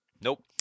nope